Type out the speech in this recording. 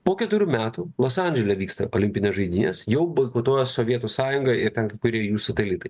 po keturių metų los andžele vyksta olimpinės žaidynės jau boikotuoja sovietų sąjunga ir ten kai kurie jų satelitai